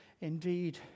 indeed